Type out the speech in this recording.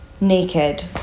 naked